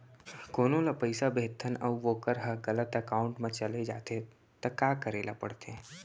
कोनो ला पइसा भेजथन अऊ वोकर ह गलत एकाउंट में चले जथे त का करे ला पड़थे?